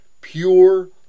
pure